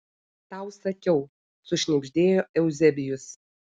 tau sakiau sušnibždėjo euzebijus